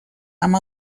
amb